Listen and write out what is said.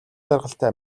жаргалтай